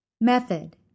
Method